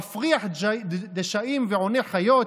מפריח דשאים ועונה חיות,